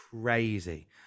crazy